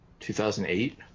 2008